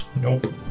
Nope